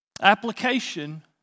Application